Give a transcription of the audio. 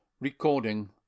Recording